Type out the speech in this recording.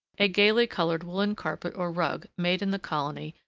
a gaily coloured woollen carpet or rug, made in the colony,